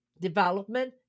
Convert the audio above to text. development